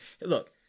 look